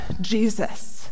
Jesus